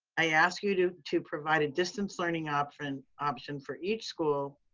i ask you to to provide a distance learning option option for each school,